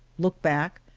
look back,